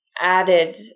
added